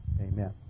Amen